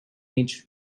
age